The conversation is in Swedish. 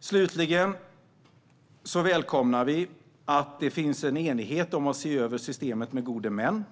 Slutligen välkomnar vi att det finns en enighet om att se över systemet med gode män.